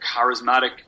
charismatic